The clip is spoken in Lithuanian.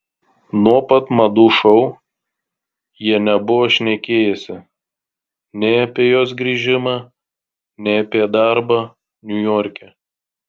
nuo pat madų šou jie nebuvo šnekėjęsi nei apie jos grįžimą nei apie darbą niujorke